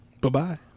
bye-bye